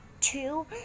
two